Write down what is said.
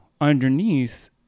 underneath